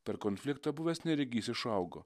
per konfliktą buvęs neregys išaugo